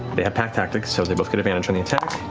they have pack tactics, so they both get advantage on the attack.